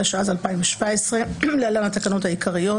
התשע"ז 2017 (להלן התקנות העיקריות),